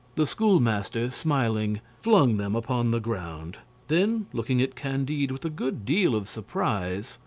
the schoolmaster, smiling, flung them upon the ground then, looking at candide with a good deal of surprise,